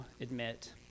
admit